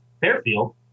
Fairfield